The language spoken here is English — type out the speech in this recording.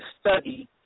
study